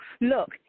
Look